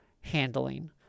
handling